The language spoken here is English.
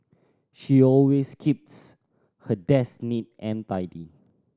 she always keeps her desk neat and tidy